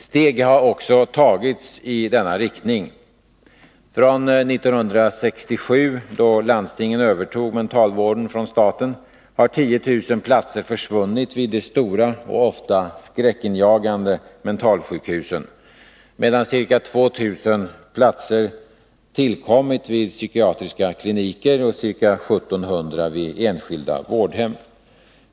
Steg har också tagits i denna riktning. Från 1967 — då landstingen övertog mentalvården från staten — har 10 000 platser försvunnit vid de stora och ofta skräckinjagande mentalsjukhusen, medan ca 2 000 platser tillkommit vid psykiatriska kliniker och ca 1 700 vid enskilda vårdhem.